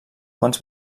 quants